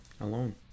Alone